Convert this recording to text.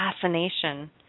assassination